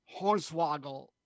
Hornswoggle